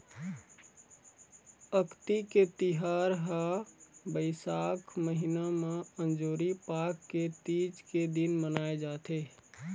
अक्ती के तिहार ह बइसाख महिना म अंजोरी पाख के तीज के दिन मनाए जाथे